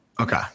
Okay